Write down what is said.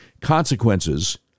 consequences